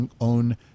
own